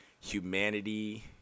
humanity